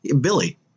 Billy